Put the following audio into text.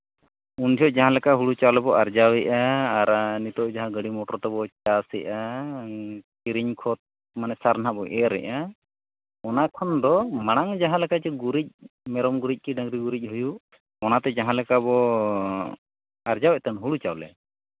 ᱧᱤᱫᱟᱹ ᱡᱟᱦᱟᱸ ᱞᱮᱠᱟ ᱦᱩᱲᱩ ᱪᱟᱣᱞᱮ ᱵᱚᱱ ᱟᱨᱡᱟᱣᱮᱫᱼᱟ ᱱᱤᱛᱚᱜ ᱡᱟᱦᱟᱸ ᱢᱚᱴᱚᱨ ᱛᱮᱫᱚ ᱪᱟᱥᱮᱫᱼᱟ ᱠᱤᱨᱤᱧ ᱠᱷᱚᱱ ᱥᱟᱨ ᱢᱟ ᱵᱚ ᱮᱨᱮᱫᱼᱟ ᱚᱱᱟ ᱠᱷᱚᱱ ᱫᱚ ᱢᱟᱲᱟᱝ ᱡᱟᱦᱟᱸ ᱞᱮᱠᱟ ᱜᱩᱨᱤᱡ ᱢᱮᱨᱚᱢ ᱠᱤ ᱰᱟᱹᱝᱨᱤ ᱜᱩᱨᱤᱡ ᱦᱩᱭᱩᱜ ᱚᱱᱟᱛᱮ ᱡᱟᱦᱟᱸ ᱞᱮᱠᱟ ᱵᱚ ᱟᱨᱡᱟᱣᱮᱫ ᱛᱟᱦᱮᱱ ᱦᱩᱲᱩ ᱪᱟᱣᱞᱮ